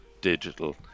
digital